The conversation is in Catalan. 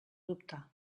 dubtar